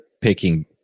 picking